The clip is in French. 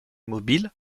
mobile